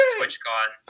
TwitchCon